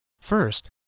First